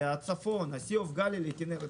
הצפון, הכינרת